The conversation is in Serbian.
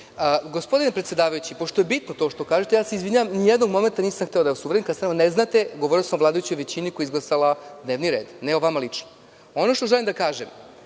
Gospodine predsedavajući, pošto je bitno to što kažete, izvinjavam se, nijednog momenta nisam hteo da vas uvredim. Kada sam rekao da ne znate govorio sam o vladajućoj većini koja je izglasala dnevni red, a ne o vama lično. Ono što želim da kažem